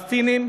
פלסטיניים,